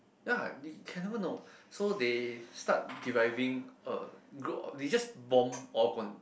ya you can never know so they start deriving a group of they just bomb all